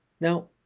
Now